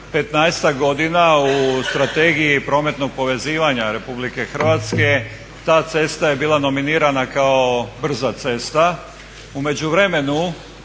15-ak godina u Strategiji prometnog povezivanja Republike Hrvatske ta cesta je bila nominirana kao brza cesta. U međuvremenu